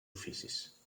oficis